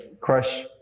crush